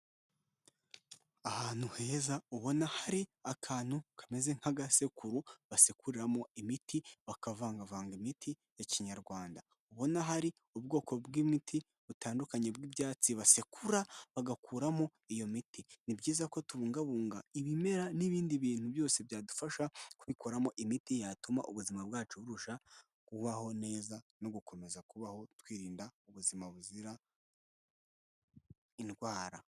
Ahantu heza ubona hari akantu kameze nk'agasekuru basekuriramo imiti bakavangavanga imiti ya kinyarwanda, ubona hari ubwoko bw'imiti butandukanye bw'ibyatsi basekura bagakuramo iyo miti. Ni byiza ko tubungabunga ibimera n'ibindi bintu byose byadufasha kubikoramo imiti yatuma ubuzima bwacu burushaho kubaho neza no gukomeza kubaho twirinda ubuzima buzira indwara.